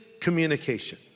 communication